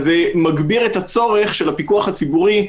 אז זה מגביר את הצורך של הפיקוח הציבורי,